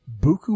buku